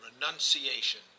renunciation